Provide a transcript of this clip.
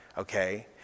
Okay